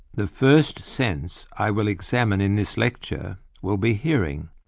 the first sense i will examine in this like chapter will be hearing,